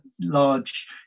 large